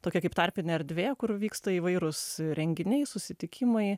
tokia kaip tarpinė erdvė kur vyksta įvairūs renginiai susitikimai